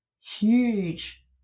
huge